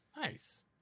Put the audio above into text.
nice